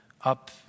Up